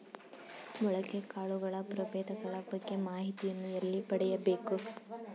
ಮೊಳಕೆ ಕಾಳುಗಳ ಪ್ರಭೇದಗಳ ಬಗ್ಗೆ ಮಾಹಿತಿಯನ್ನು ಎಲ್ಲಿ ಪಡೆಯಬೇಕು?